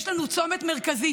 יש לנו צומת מרכזי